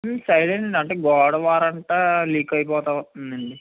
side అండి అంటే గోడ వారంతా లీక్ అయిపోతా వస్తుందండి